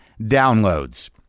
downloads